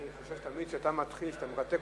אני חושש שתמיד כשאתה מתחיל אתה מרתק